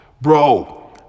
Bro